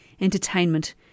entertainment